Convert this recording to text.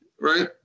right